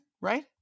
right